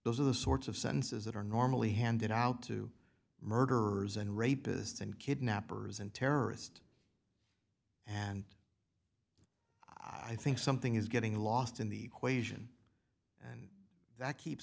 those are the sorts of sentences that are normally handed out to murderers and rapists and kidnappers and terrorist and i think something is getting lost in the quezon that keeps